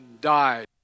died